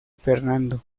fernando